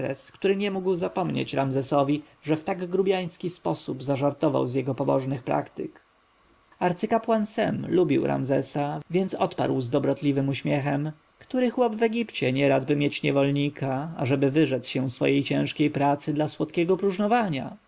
który nie mógł zapomnieć ramzesowi że w grubjański sposób zażartował z jego pobożnych praktyk arcykapłan sem lubił ramzesa więc odparł z dobrotliwym uśmiechem który chłop w egipcie nie radby mieć niewolnika ażeby wyrzec się swojej ciężkiej pracy dla słodkiego próżnowania